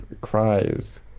cries